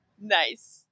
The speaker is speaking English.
Nice